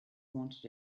wanted